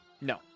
No